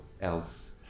else